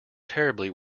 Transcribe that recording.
terribly